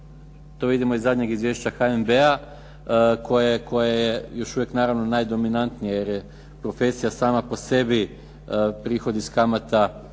to vidimo iz zadnjeg izvješća HNB-a koje je još uvijek najdominantnije jer je profesija sama po sebi prihod iz kamata računa